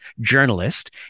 journalist